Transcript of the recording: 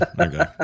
Okay